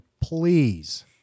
please